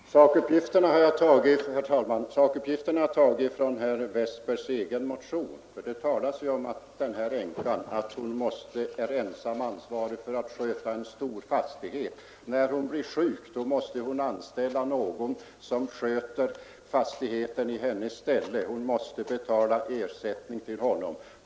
Herr talman! Sakuppgifterna har jag tagit från herr Westbergs i Ljusdal egen motion, där det talas om att änkan är ensam ansvarig för skötseln av en stor fastighet. När hon blir sjuk måste hon anställa någon som sköter fastigheten i hennes ställe, hon måste betala ersättning till denne.